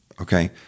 Okay